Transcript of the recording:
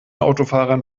autofahrern